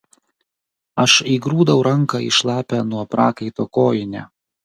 aš įgrūdau ranką į šlapią nuo prakaito kojinę